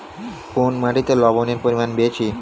কোন মাটিতে লবণের পরিমাণ বেশি?